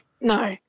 no